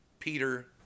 Peter